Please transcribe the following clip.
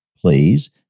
please